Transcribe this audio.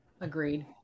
Agreed